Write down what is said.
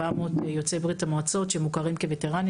של 2400 יוצאי ברית המועצות שמוכרים כווטרנים